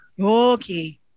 Okay